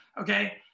Okay